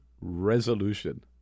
resolution